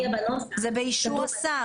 זה באישור השר.